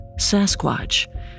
Sasquatch